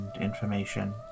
information